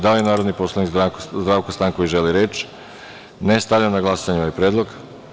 Da li narodni poslanik Zdravko Stanković želi reč? (Ne.) Stavljam na glasanje ovaj predlog.